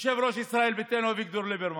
יושב-ראש ישראל ביתנו אביגדור ליברמן,